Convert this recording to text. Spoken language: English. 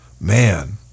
man